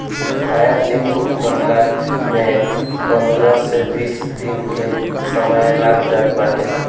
नया चेकबुक बनला में पंद्रह से बीस दिन के समय लाग जात बाटे